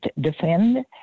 defend